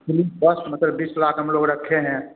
fees बस मतलब बीस लाख हम लोग रखे हैं